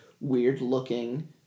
weird-looking